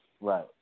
Right